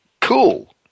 cool